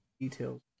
details